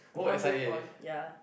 some move on ya